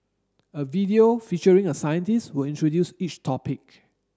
a video featuring a scientist will introduce each topic